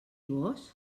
vós